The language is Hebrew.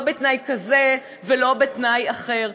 לא בתנאי כזה ולא בתנאי אחר,